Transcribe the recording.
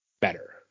better